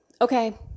Okay